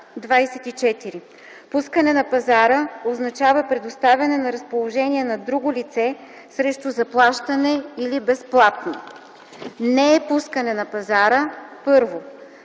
„24. „Пускане на пазара” означава предоставяне на разположение на друго лице срещу заплащане или безплатно. Не е пускане на пазара: 1.